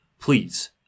Please